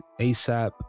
ASAP